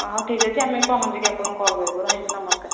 ହେଉ ଠିକ ଅଛି ଆମେ ପହଞ୍ଚିକି ଆପଣଙ୍କୁ କଲ୍ କରିବୁ ରହିଲି ନମସ୍କାର